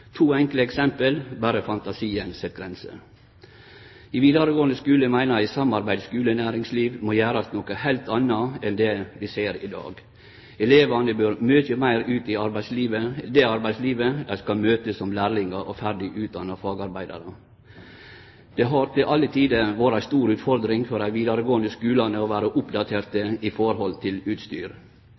To enkle eksempel – berre fantasien set grenser. I vidaregåande skule meiner eg samarbeid skule–næringsliv må gjerast til noko heilt anna enn det vi ser i dag. Elevane bør mykje meir ut i det arbeidslivet dei vil møte som lærlingar og ferdig utdanna fagarbeidarar. Det har til alle tider vore ei stor utfordring for dei vidaregåande skulane å vere oppdaterte med utstyr. Oftast er det slik at utstyret